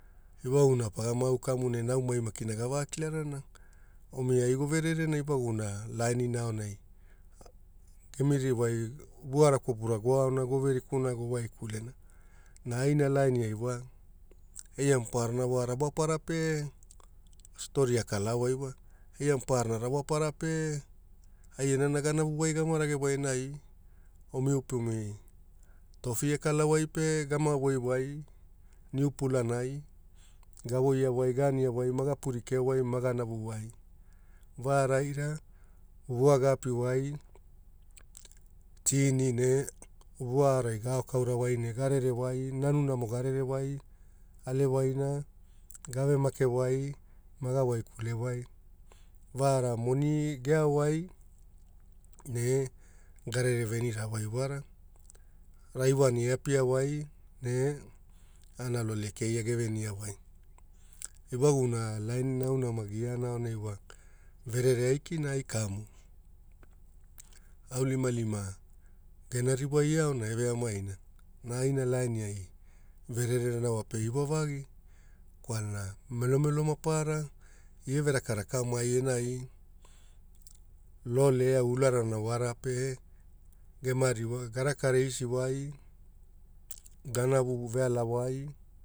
Ewagumona pa au kau ne naumai maki gevailarana omi ai govererena awaguna lainina aonai, gemi ririwa vuara kwapuna gave rikuna gowaikulna na, aina laini wa eia maparana wa rawapara pe stori akalawai wa eia maparana rawapara pe, ai enaana ganavu wai gama ragewai enai, omi upumi topi e kalawai, pe gama voi wai niu pulanai gavoia wai gagania wai ma ga purikeo wai maga navu wa, varaira, vuare gapiwai, tini nea vuare gaokaura wai ne garere wai nanunamo garere wai. Ewaguna laini ama gune wa verere aikina ai kamu. Aulimalima gena ririwai eaona eveamaina na aina laini ai vererena pe iwavagi kwalana melomelo maparara ia ve rakaraka mai enai lole au ularana wara pe gemarigo o garaka reisi wai, ganavu veala wai